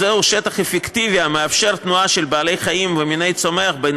זהו שטח אפקטיבי המאפשר תנועה של בעלי חיים ומיני צומח בין